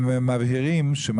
הם מבהירים,